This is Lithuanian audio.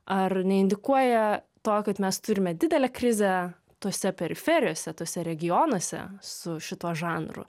ar neindikuoja to kad mes turime didelę krizę tose periferijose tuose regionuose su šituo žanru